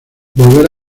volver